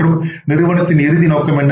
மற்றும் நிறுவனத்தின் இறுதி நோக்கம் என்ன